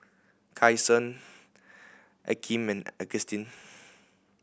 Kyson Akeem and Agustin